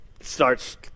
starts